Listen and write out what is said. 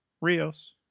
Rios